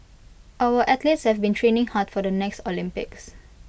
our athletes have been training hard for the next Olympics